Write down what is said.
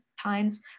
times